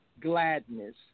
gladness